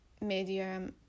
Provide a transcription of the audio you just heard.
medium